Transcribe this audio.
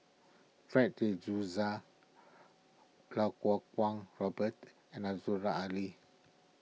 Fred De Souza Kau Kuo Kwong Robert and Aziza Ali